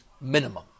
minimum